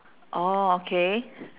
orh okay